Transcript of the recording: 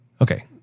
okay